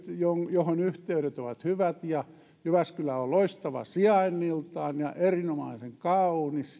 johon yhteydet ovat hyvät ja jyväskylä on loistava sijainniltaan ja erinomaisen kaunis